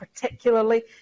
particularly